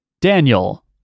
Daniel